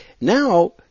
now